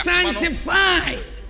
Sanctified